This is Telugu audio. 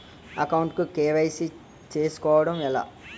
అకౌంట్ కు కే.వై.సీ చేసుకోవడం ఎలా?